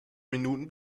minuten